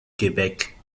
québec